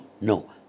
No